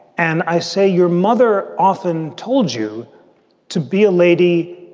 and i say, your mother often told you to be a lady,